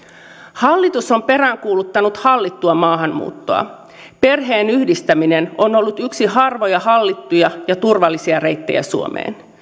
hallitus on peräänkuuluttanut hallittua maahanmuuttoa perheenyhdistäminen on ollut yksi harvoja hallittuja ja turvallisia reittejä suomeen